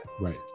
Right